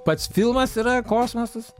pats filmas yra kosmosas